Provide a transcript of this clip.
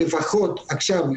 לפחות עכשיו,